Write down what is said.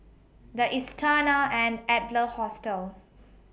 The Istana and Adler Hostel